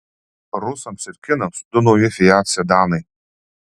rusams ir kinams du nauji fiat sedanai